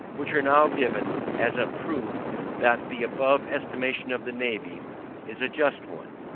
which are now given as a proof that the above estimation of the navy is a just one.